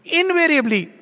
invariably